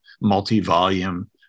multi-volume